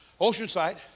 oceanside